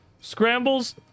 Scrambles